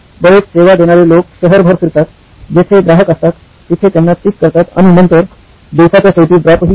बरेच सेवा देणारे लोक शहरभर फिरतात जेथे ग्राहक असतात तिथे त्यांना पिक करतात आणि नंतर दिवसाच्या शेवटी ड्रॉप हि करतात